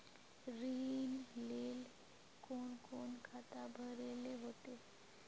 ऋण लेल कोन कोन खाता भरेले होते?